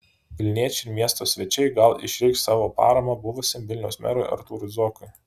vilniečiai ir miesto svečiai gal išreikš savo paramą buvusiam vilniaus merui artūrui zuokui